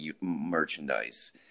merchandise